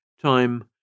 Time